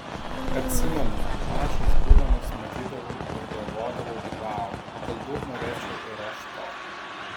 atsimenu mažas būdamas matydavau ir galvodavau vau galbūt norėčiau ir aš to